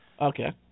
Okay